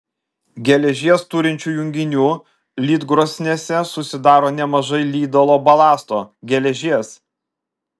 geležies turinčių junginių lydkrosnėse susidaro nemažai lydalo balasto geležies